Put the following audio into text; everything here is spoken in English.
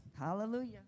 Hallelujah